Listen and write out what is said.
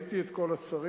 ראיתי את כל השרים,